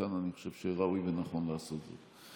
אני חושב שראוי ונכון לעשות זאת.